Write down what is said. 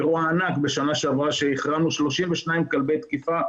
אירוע ענק בשנה שעברה שהחרמנו 32 כלבי תקיפה,